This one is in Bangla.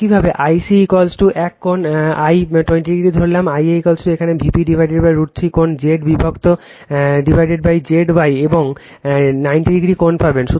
একইভাবে I c এক কোণ I 20o রাখলাম Ia এখানে Vp√ 3 কোণ Z বিভক্ত Zy এবং 90o কোণ পাবেন